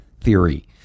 theory